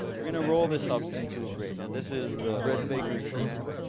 we're going to roll this up into a braid. now, this is the breads bakery secret.